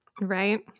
Right